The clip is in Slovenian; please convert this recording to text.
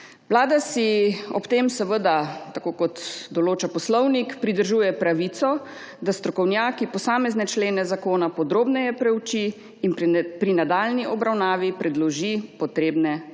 Vlada si ob tem, tako kot določa poslovnik, pridružuje pravico, da s strokovnjaki posamezne člene zakona podrobneje preuči in pri nadaljnji obravnavi predloži potrebne amandmaje,